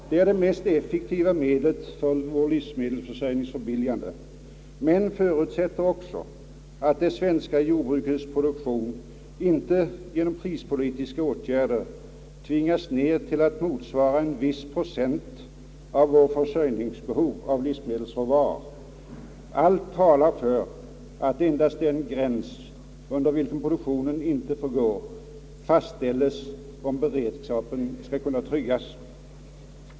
Detta är det mest effektiva medlet för vår livsmedelsförsörjnings förbilligande, men det förutsätter också att det svenska jordbrukets produktion inte genom prispolitiska åtgärder tvingas ner till att motsvara en viss procent av vårt försörjningsbehov av livsmedelsråvaror. Allt talar för att endast den gräns under vilken produktionen inte får gå fastställes, om beredskapen skall kunna tryggas.